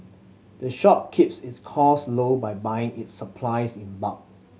the shop keeps its cost low by buying its supplies in bulk